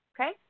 okay